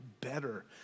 better